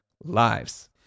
lives